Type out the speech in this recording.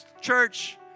church